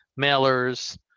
mailers